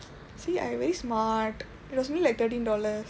see I very smart it was only like thirteen dollars